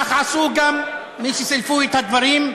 כך עשו גם מי שסילפו את הדברים,